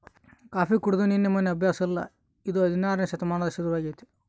coffee ಕುಡೆದು ನಿನ್ನೆ ಮೆನ್ನೆ ಅಭ್ಯಾಸ ಅಲ್ಲ ಇದು ಹದಿನಾರನೇ ಶತಮಾನಲಿಸಿಂದ ಶುರುವಾಗೆತೆ